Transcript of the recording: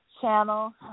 channel